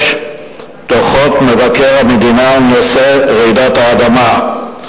דוחות מבקר המדינה על נושא רעידות אדמה.